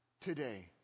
today